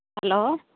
hello